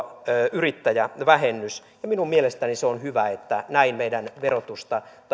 yrittäjävähennys minun mielestäni se on hyvä että näin meidän verotustamme